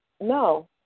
No